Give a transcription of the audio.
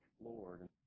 Lord